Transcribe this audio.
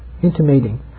intimating